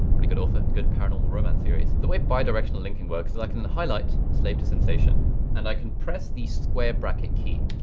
pretty good author, good paranormal romance series. the way bi-directional lincoln works is i can highlight slave to sensation and i can press the square bracket key.